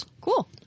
Cool